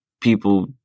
people